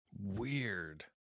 Weird